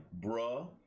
bruh